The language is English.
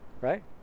right